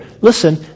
Listen